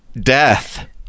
death